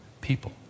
people